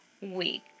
week